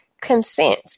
consent